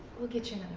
we'll get you